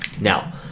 Now